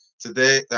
Today